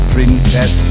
Princess